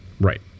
Right